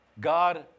God